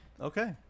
Okay